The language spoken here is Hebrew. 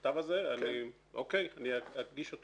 אוקי, אני אגיש אותו